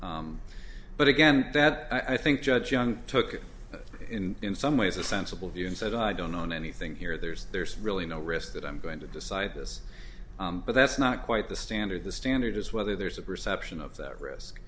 filed but again that i think judge young took in in some ways a sensible view and said i don't own anything here there's there's really no risk that i'm going to decide this but that's not quite the standard the standard is whether there's a perception of that risk